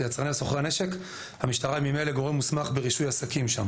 יצרני וסוחרי נשק - המשטרה היא ממילא גורם מוסמך ברישוי עסקים שם.